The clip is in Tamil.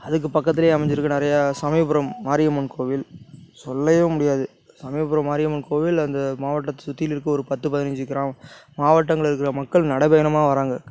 அதுக்கு பக்கத்துலேயே அமைஞ்சிருக்கு நிறைய சமயபுரம் மாரியம்மன் கோவில் சொல்ல முடியாது சமயபுரம் மாரியம்மன் கோவில் அந்த மாவட்டத்தை சுற்றிலும் இருக்க ஒரு பத்து பதினஞ்சு மாவட்டங்களுக்கு மக்கள் நடை பயணமாக வராங்க